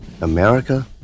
America